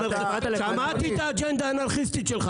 שמעתי את האג'נדה האנרכיסטית שלך.